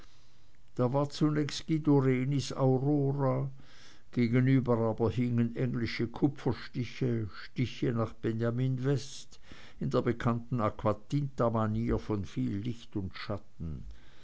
da war zunächst guido renis aurora gegenüber aber hingen englische kupferstiche stiche nach benjamin west in der bekannten aquatinta manier von viel licht und schatten